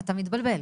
אתה מתבלבל.